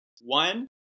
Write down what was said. One